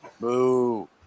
boo